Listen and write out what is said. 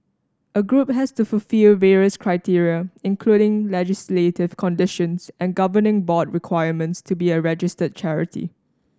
a group has to fulfil various criteria including legislative conditions and governing board requirements to be a registered charity